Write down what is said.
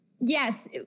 Yes